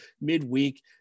midweek